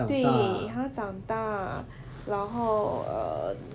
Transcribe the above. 对他长大然后 err